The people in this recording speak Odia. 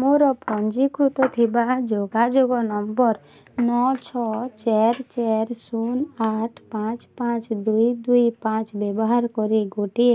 ମୋର ପଞ୍ଜୀକୃତ ଥିବା ଯୋଗାଯୋଗ ନମ୍ବର ନଅ ଛଅ ଚାରି ଚାରି ଶୂନ ଆଠ ପାଞ୍ଚ ପାଞ୍ଚ ଦୁଇ ଦୁଇ ପାଞ୍ଚ ବ୍ୟବାହାର କରି ଗୋଟିଏ